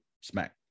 Smack